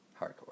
Hardcore